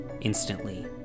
instantly